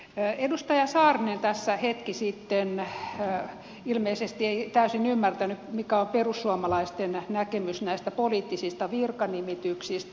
edustaja saarinen tässä hetki sitten ilmeisesti ei täysin ymmärtänyt mikä on perussuomalaisten näkemys näistä poliittisista virkanimityksistä